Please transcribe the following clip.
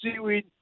seaweed